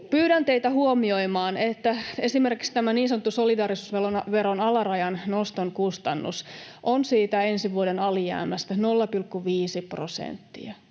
pyydän teitä huomioimaan, että esimerkiksi tämä niin sanottu solidaarisuusveron alarajan noston kustannus on siitä ensi vuoden alijäämästä 0,5 prosenttia.